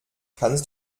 kannst